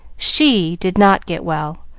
she did not get well,